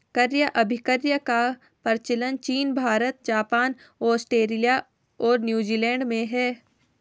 क्रय अभिक्रय का प्रचलन चीन भारत, जापान, आस्ट्रेलिया और न्यूजीलैंड में है